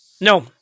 no